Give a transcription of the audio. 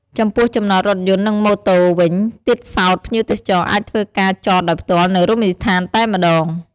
ចំពោះចំណតរថយន្តនិងម៉ូតវិញទៀតសោត ភ្ញៀវទេសចរអាចធ្វើការចតដោយផ្ទាល់នៅរមណីយដ្ឋានតែម្តង ។